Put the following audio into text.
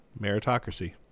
Meritocracy